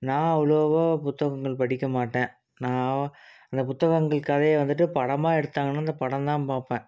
நான் அவ்ளோவா புத்தகங்கள் படிக்க மாட்டேன் நான் அந்த புத்தகங்கள் கதையை வந்துட்டு படமாக எடுத்தாங்கனா அந்த படம் தான் பார்ப்பேன்